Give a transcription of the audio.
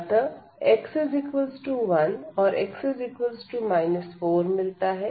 अतःx1 और x 4मिलता है